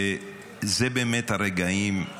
ואלה באמת הרגעים,